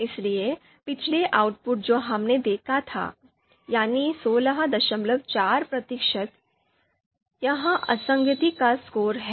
इसलिए पिछला आउटपुट जो हमने देखा था यानी 164 प्रतिशत यह असंगति का स्कोर है